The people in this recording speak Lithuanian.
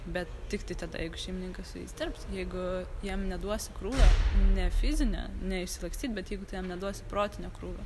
bet tiktai tada jeigu šeimininkas su jais dirbs jeigu jam neduosi krūvio ne fizinio ne išsilakstyt bet jeigu tu jam neduosi protinio krūvio